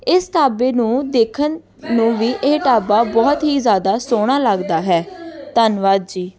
ਇਸ ਢਾਬੇ ਨੂੰ ਦੇਖਣ ਨੂੰ ਵੀ ਇਹ ਢਾਬਾ ਬਹੁਤ ਹੀ ਜ਼ਿਆਦਾ ਸੋਹਣਾ ਲੱਗਦਾ ਹੈ ਧੰਨਵਾਦ ਜੀ